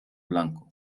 blanco